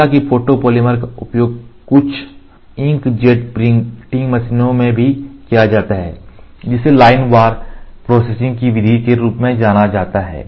हालांकि फोटोपॉलीमर का उपयोग कुछ इंक जेट प्रिंटिंग प्रक्रियाओं में भी किया जाता है जिसे लाइन वार प्रोसेसिंग की विधि के रूप में जाना जाता है